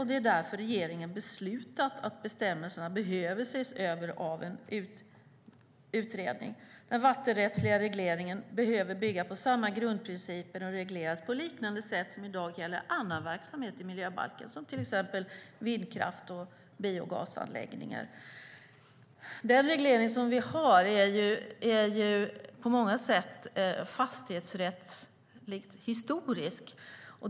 Det är därför regeringen beslutat att bestämmelserna behöver ses över av en utredning. Den vattenrättsliga regleringen behöver bygga på samma grundprinciper och regleras på liknande sätt som i dag gäller annan verksamhet som regleras av miljöbalken som till exempel vindkraft och biogasanläggningar. Den reglering som vi har är på många sätt fastighetsrättslig historiskt.